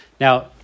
Now